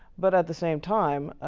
but at the same time, ah